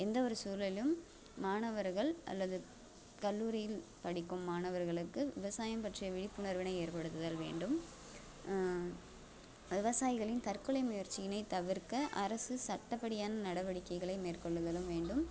எந்த ஒரு சூழலும் மாணவர்கள் அல்லது கல்லூரியில் படிக்கும் மாணவர்களுக்கு விவசாயம் பற்றிய விழிப்புணர்வினை ஏற்படுத்துதல் வேண்டும் விவசாயிகளின் தற்கொலை முயற்சியினை தவிர்க்க அரசு சட்டப்படியான நடவடிக்கைகளை மேற்கொள்ளுதலும் வேண்டும்